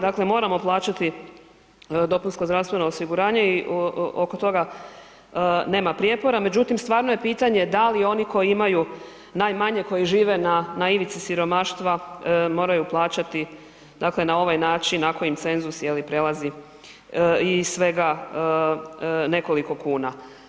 Dakle, moramo plaćati dopunsko zdravstveno osiguranje i oko toga nema prijepora, međutim stvarno je pitanje da li oni koji imaju najmanje, koji žive na ivici siromaštva moraju plaćati dakle na ovaj način ako im cenzus je li prelazi i svega nekoliko kuna.